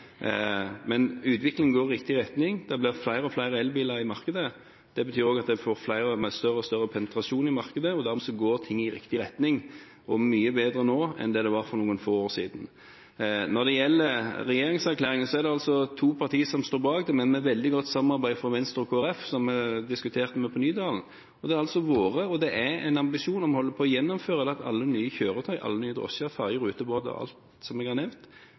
Utviklingen går i riktig retning, det blir flere og flere elbiler på markedet. Det betyr også at man får flere med større og større penetrasjon i markedet, og dermed går ting i riktig retning – og det er mye bedre nå enn det var for noen få år siden. Når det gjelder regjeringserklæringen, er det altså to partier som står bak, men med veldig godt samarbeid med Venstre og Kristelig Folkeparti, som vi diskuterte med i Nydalen. Det har altså vært og er en ambisjon, og vi holder på å gjennomføre det at alle nye kjøretøy, alle nye drosjer, ferger, rutebåter, alt som jeg har nevnt,